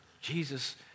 Jesus